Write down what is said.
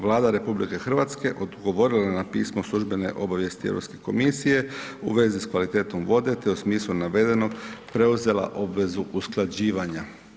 Vlada RH odgovorila je na pismo službene obavijesti Europske komisije u vezi s kvalitetom vode te u smislu navedenog preuzela obvezu usklađivanja.